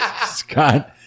Scott